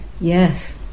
yes